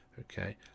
Okay